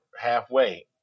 halfway